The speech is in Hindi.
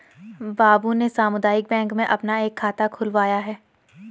बाबू ने सामुदायिक बैंक में अपना एक खाता खुलवाया है